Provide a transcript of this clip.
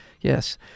yes